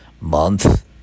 month